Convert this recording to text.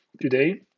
today